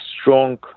Strong